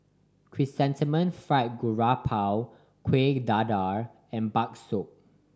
Chrysanthemum Fried Garoupa Kueh Dadar and bakso